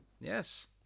Yes